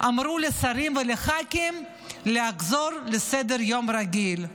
אמרו לשרים ולח"כים לחזור לסדר-יום רגיל,